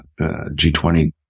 g20